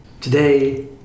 Today